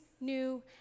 new